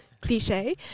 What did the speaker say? cliche